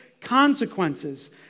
consequences